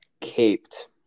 caped